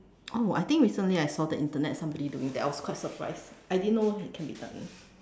oh I think recently I saw the internet somebody doing that I was quite surprised I didn't know it can be done